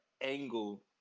angle